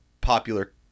popular